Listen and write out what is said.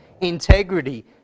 integrity